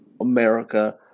america